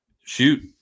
shoot